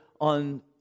on